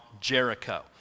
Jericho